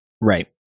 Right